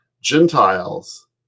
Gentiles